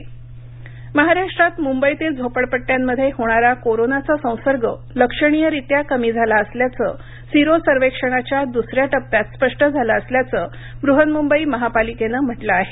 Maharashtra sero महाराष्ट्रात मुंबईतील झोपडपट्ट्यांमध्ये होणारा कोरोनाचा संसर्ग लक्षणीय रित्या कमी झाला असल्याचं सिरो सर्वेक्षणाच्या दुसऱ्या टप्प्यात स्पष्ट झालं असल्याचं बृह्न्मुंबई महापालिकेनं म्हटलं आहे